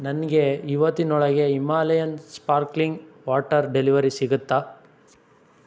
ನನಗೆ ಇವತ್ತಿನೊಳಗೆ Himalayan sparkling water delivery ಸಿಗುತ್ತಾ